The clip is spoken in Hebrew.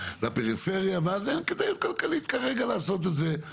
לפריפריה ואז אין כדאיות כלכלית כרגע לעשות את זה.